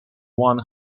one